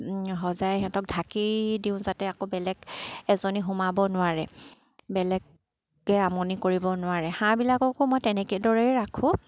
সজাই সিহঁতক ঢাকি দিওঁ যাতে আকৌ বেলেগ এজনী সোমাব নোৱাৰে বেলেগে আমনি কৰিব নোৱাৰে হাঁহবিলাককো মই তেনেদৰেই ৰাখোঁ